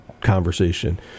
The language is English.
Conversation